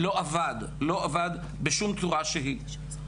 לא עבד, לא עבד בשום בצורה שהיא.